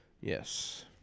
Yes